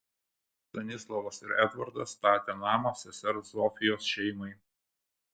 stanislavas ir edvardas statė namą sesers zofijos šeimai